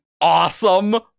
awesome